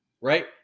right